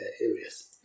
areas